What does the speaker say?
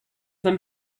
them